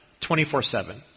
24-7